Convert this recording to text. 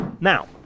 Now